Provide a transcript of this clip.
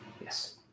Yes